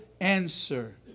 answer